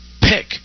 pick